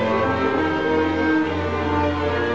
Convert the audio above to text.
or or